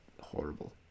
horrible